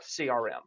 CRM